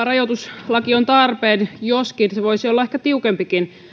rajoituslaki on tarpeen joskin se voisi olla ehkä tiukempikin